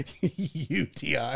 UTI